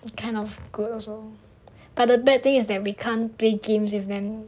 what kind of good also but the bad thing is that we can't play games with them